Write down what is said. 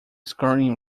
scoring